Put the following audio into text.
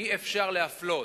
אי-אפשר להפלות,